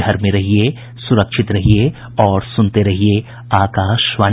घर में रहिये सुरक्षित रहिये और सुनते रहिये आकाशवाणी